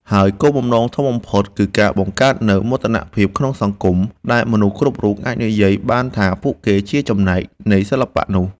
ហើយគោលបំណងធំបំផុតគឺការបង្កើតនូវមោទនភាពក្នុងសហគមន៍ ដែលមនុស្សគ្រប់រូបអាចនិយាយបានថាពួកគេជាចំណែកនៃសិល្បៈនោះ។